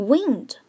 Wind